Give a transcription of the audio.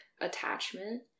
attachment